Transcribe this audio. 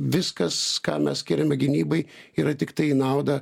viskas ką mes skiriame gynybai yra tiktai į naudą